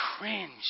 cringe